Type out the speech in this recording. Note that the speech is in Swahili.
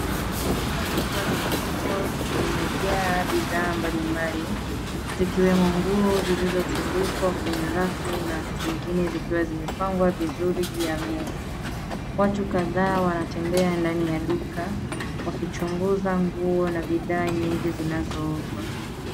Duka kubwa la nguo limejaa bidhaa mbalimbali, zikiwemo nguo zilizotundikwa kwenye rafu na zingine zikiwa zimepangwa vizuri juu ya meza. Watu kadhaa wanatembea ndani ya duka wakichuguza nguo na bidhaa nyingi zinazouzwa.